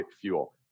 fuel